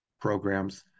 programs